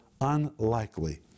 Unlikely